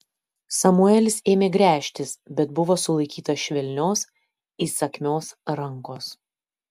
samuelis ėmė gręžtis bet buvo sulaikytas švelnios įsakmios rankos